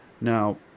Now